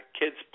kids